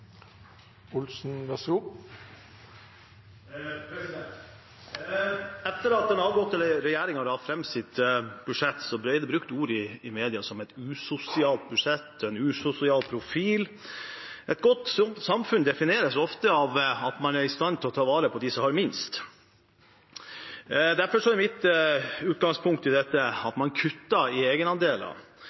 Etter at den avgåtte regjeringen la fram sitt budsjett, ble det i media brukt ord som «et usosialt budsjett» og «en usosial profil». Et godt samfunn defineres ofte av at man er i stand til å ta vare på dem som har minst. Derfor er mitt utgangspunkt i dette at man kutter i egenandeler.